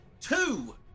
two